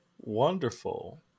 Wonderful